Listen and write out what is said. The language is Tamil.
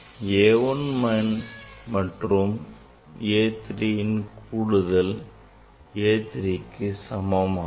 A 1 மற்றும் A 3ன் கூடுதல் A2 க்கு சமம் ஆகும்